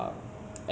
swab test ah